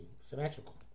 symmetrical